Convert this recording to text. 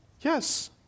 Yes